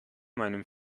meinem